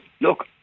Look